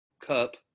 cup